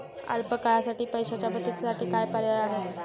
अल्प काळासाठी पैशाच्या बचतीसाठी काय पर्याय आहेत?